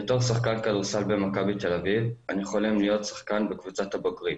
בתור שחקן כדורסל במכבי תל-אביב אני חולם להיות בקבוצת הבוגרים,